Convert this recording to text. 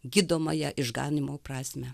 gydomąją išganymo prasmę